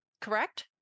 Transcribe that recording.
correct